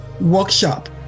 workshop